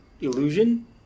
illusion